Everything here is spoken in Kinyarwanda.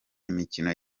imikino